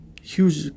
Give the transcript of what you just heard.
huge